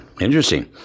Interesting